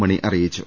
മണി അറിയിച്ചു